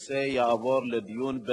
בחינת יישומו של הנוהל מלמדת כי יישומו